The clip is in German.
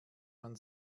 man